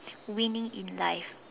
winning in life